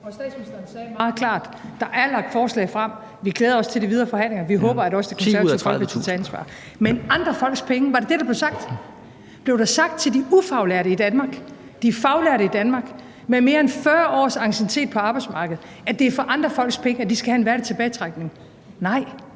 Der er lagt forslag frem; vi glæder os til de videre forhandlinger; vi håber, at også andre vil tage ansvar. Men andre folks penge – var det det, der blev sagt? Blev der sagt til de ufaglærte i Danmark og til de faglærte i Danmark med mere end 40 års anciennitet på arbejdsmarkedet, at det er for andre folks penge, at de skal have en værdig tilbagetrækning? Nej,